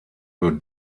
were